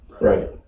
right